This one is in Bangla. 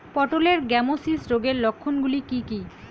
পটলের গ্যামোসিস রোগের লক্ষণগুলি কী কী?